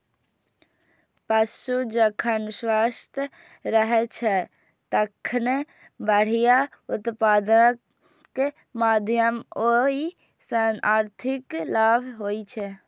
पशु जखन स्वस्थ रहै छै, तखने बढ़िया उत्पादनक माध्यमे ओइ सं आर्थिक लाभ होइ छै